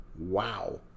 Wow